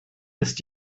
ist